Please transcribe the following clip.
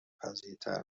پذیرتر